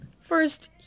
first